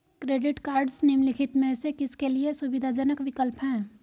Credit cards निम्नलिखित में से किसके लिए सुविधाजनक विकल्प हैं?